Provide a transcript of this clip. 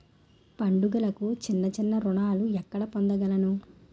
పండుగలకు చిన్న చిన్న రుణాలు ఎక్కడ పొందగలను?